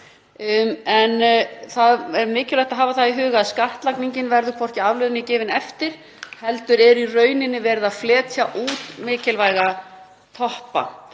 En það er mikilvægt að hafa í huga að skattlagningin verður hvorki aflögð né gefin eftir heldur er í raun verið að fletja út mikilvæga toppa.